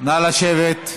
נא לשבת.